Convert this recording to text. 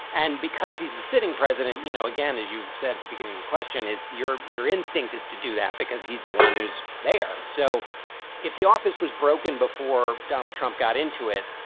and because he's the sitting president, you know, again, as you said at the beginning, the question is your. your instinct is to do that because he's the one who's there. so if the office was broken before donald trump got into it,